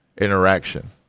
interaction